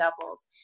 doubles